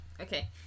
Okay